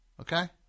Okay